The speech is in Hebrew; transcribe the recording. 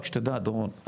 רק שתדע דורון,